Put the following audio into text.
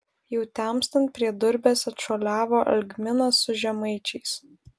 jau temstant prie durbės atšuoliavo algminas su žemaičiais